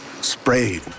sprayed